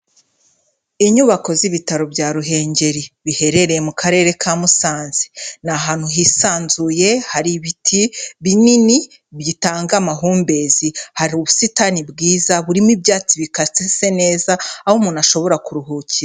Inyubako z'ibitaro bya Ruhengeri biherereye mu karere ka Musanze, ni ahantu hisanzuye hari ibiti binini bitanga amahumbezi, hari ubusitani bwiza burimo ibyatsi bikase neza, aho umuntu ashobora kuruhukira.